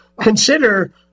consider